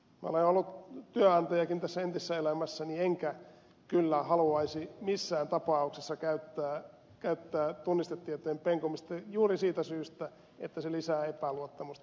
olen ollut työnantajakin entisessä elämässäni enkä kyllä haluaisi missään tapauksessa käyttää tunnistetietojen penkomista juuri siitä syystä että se lisää epäluottamusta